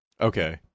Okay